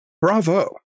bravo